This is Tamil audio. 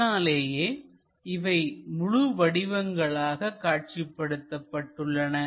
இதனாலேயே இவை முழு வடிவங்களாக காட்சிப்படுத்தப்பட்டுள்ளன